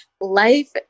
Life